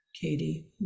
Katie